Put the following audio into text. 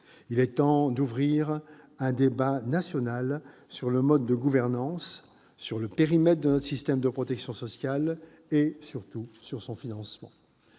Il est temps d'ouvrir un débat national sur le mode de gouvernance, sur le périmètre de notre système de protection sociale et, surtout, sur son financement.